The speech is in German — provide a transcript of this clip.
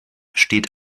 steht